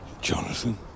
Jonathan